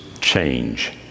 change